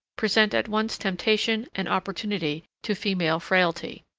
present at once temptation and opportunity to female frailty.